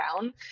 down